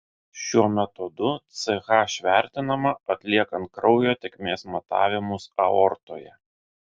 šiuo metodu ch vertinama atliekant kraujo tėkmės matavimus aortoje